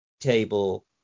table